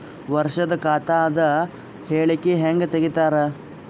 ವರ್ಷದ ಖಾತ ಅದ ಹೇಳಿಕಿ ಹೆಂಗ ತೆಗಿತಾರ?